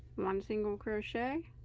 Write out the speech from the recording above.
one single crochet